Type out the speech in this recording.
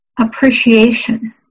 appreciation